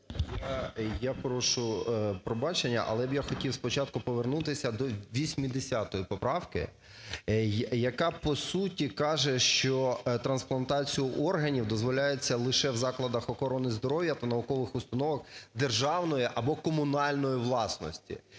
Я прошу пробачення, але я хотів би спочатку повернутися до 80 поправки, яка по суті каже, що трансплантація органів дозволяється лише у закладах охорони здоров'я при наукових установах державної або комунальної власності.